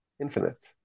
infinite